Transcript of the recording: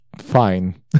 fine